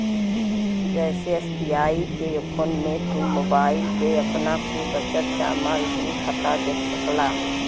जइसे एस.बी.आई के योनो मे तू मोबाईल पे आपन कुल बचत, जमा, ऋण खाता देख सकला